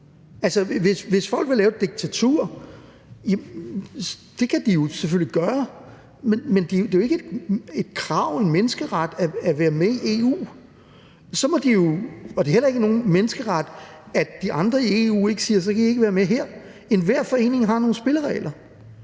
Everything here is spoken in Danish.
hvis folk vil lave et diktatur, kan de jo selvfølgelig gøre det, men det er jo ikke et krav og en menneskeret at være med i EU, og det er heller ikke nogen menneskeret, at de andre i EU ikke siger: Så kan I ikke være med her. Enhver forening har nogle spilleregler,